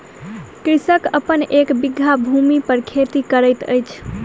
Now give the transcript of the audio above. कृषक अपन एक बीघा भूमि पर खेती करैत अछि